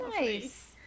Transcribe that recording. nice